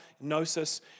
Gnosis